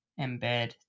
embed